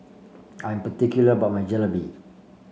I'm particular about my Jalebi